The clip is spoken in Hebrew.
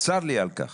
צר לי על כך.